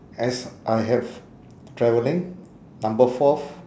as I have travelling number fourth